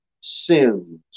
sins